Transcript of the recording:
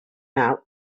out